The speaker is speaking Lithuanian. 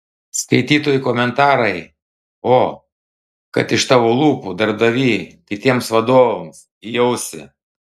skaitytojų komentarai o kad iš tavo lūpų darbdavy kitiems vadovams į ausį